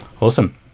Awesome